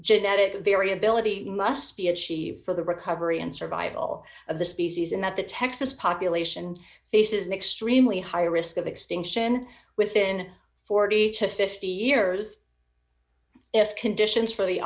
genetic variability must be achieved for the recovery and survival of the species in that the texas population faces an extremely high risk of extinction within forty to fifty years if conditions for the